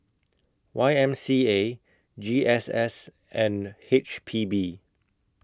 Y M C A G S S and H P B